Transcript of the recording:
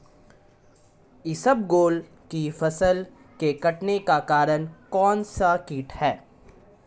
इसबगोल की फसल के कटने का कारण कौनसा कीट है?